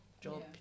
job